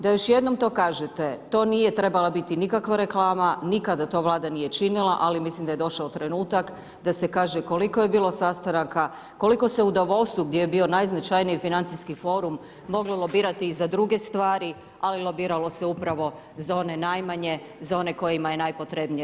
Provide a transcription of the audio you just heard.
Da još jednom to kažete, to nije trebala biti nikakva reklama, nikada to Vlada nije činila ali mislim da je došao trenutak da se kaže koliko je bilo sastanaka, koliko se u Davosu gdje je bio najznačajniji financijski forum moglo lobirati i za druge stvari ali lobiralo se upravo za one najmanje, za one kojima je najpotrebnije.